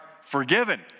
forgiven